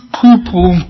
people